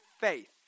faith